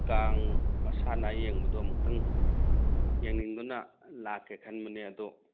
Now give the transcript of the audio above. ꯀꯥꯡ ꯃꯁꯥꯟꯅ ꯌꯦꯡꯕꯗꯣ ꯑꯝꯇꯪ ꯌꯦꯡꯅꯤꯡꯗꯨꯅ ꯂꯥꯛꯀꯦ ꯈꯟꯕꯅꯦ ꯑꯗꯣ